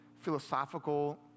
philosophical